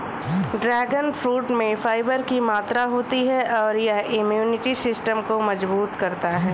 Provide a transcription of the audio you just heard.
dragon fruit में fibre की मात्रा होती है और यह इम्यूनिटी सिस्टम को मजबूत करता है